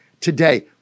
today